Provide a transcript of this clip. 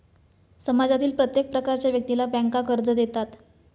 समाजातील प्रत्येक प्रकारच्या व्यक्तीला बँका कर्ज देतात